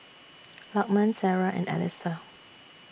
Lokman Sarah and Alyssa